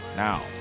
Now